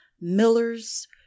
millers